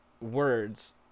words